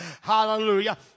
Hallelujah